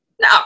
No